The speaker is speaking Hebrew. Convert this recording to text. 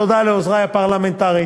תודה לעוזרי הפרלמנטריים,